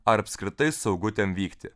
ar apskritai saugu ten vykti